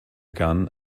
gun